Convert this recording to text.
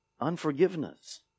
Unforgiveness